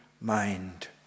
mind